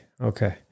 Okay